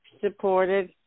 supported